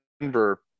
Denver